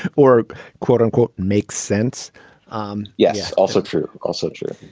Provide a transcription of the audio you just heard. or quote unquote makes sense um yeah also true also true.